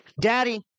Daddy